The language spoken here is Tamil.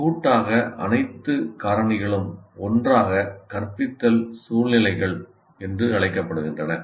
கூட்டாக அனைத்து காரணிகளும் ஒன்றாக 'கற்பித்தல் சூழ்நிலைகள்' என்று அழைக்கப்படுகின்றன